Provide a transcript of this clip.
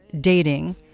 dating